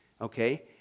okay